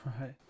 Right